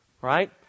right